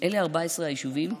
אלה 14 היישובים,